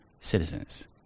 citizens